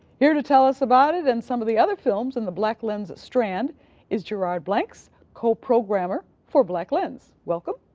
here to tell us about it and some of the other films in the black lens strand is geraud blanks, co-programmer for black lens. welcome.